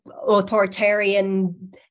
authoritarian